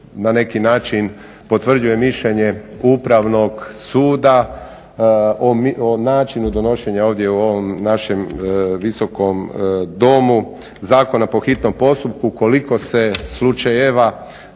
na neki način potvrđuje mišljenje Upravnog suda o načinu donošenja ovdje u ovom našem Visokom domu zakona po hitnom postupku, koliko se slučajeva